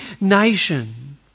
nation